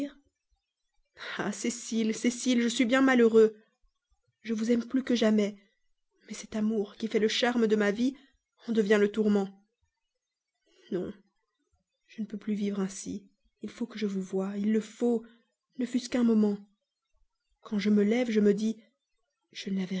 ah cécile cécile je suis bien malheureux je vous aime plus que jamais mais cet amour qui faisait le charme de ma vie en devient le tourment non je ne peux plus vivre ainsi il faut que je vous voie il le faut ne fût-ce qu'un moment quand je me lève je me dis je